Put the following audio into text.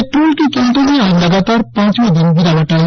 petrol की कीमतों में आज लगातार पांचवें दिन गिरावट आई